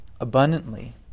abundantly